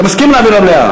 אתה מסכים להעביר למליאה?